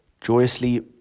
Joyously